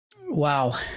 Wow